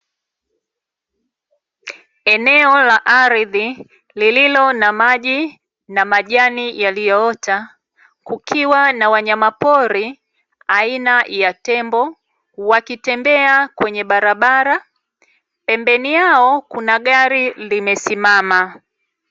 Eneo la ardhi lilolo na maji, na majani yaliyoota, kukiwa na wanyama pori aina ya tembo, wakitembea kwenye barabara, pembeni yao kuna gari limesimama.